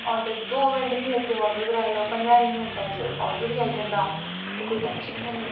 order दो minute निं लगदा आर्डर कराने च पंदरां बीह् मैन्टें च आर्डर बी आई जंदा ते कोई टैंशन गै निं